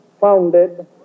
founded